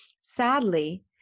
sadly